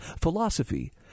philosophy